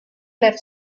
left